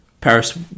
Paris